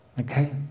okay